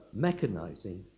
mechanizing